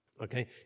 okay